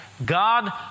God